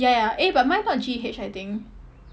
ya ya eh but mine is not G_E_H I think